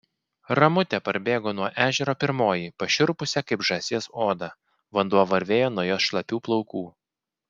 ramutė parbėgo nuo ežero pirmoji pašiurpusia kaip žąsies oda vanduo varvėjo nuo jos šlapių plaukų